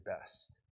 best